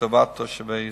לטובת תושבי ישראל.